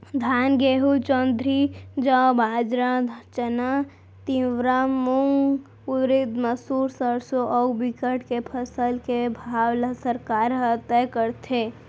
धान, गहूँ, जोंधरी, जौ, बाजरा, चना, तिंवरा, मूंग, उरिद, मसूर, सरसो अउ बिकट के फसल के भाव ल सरकार ह तय करथे